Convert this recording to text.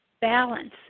balance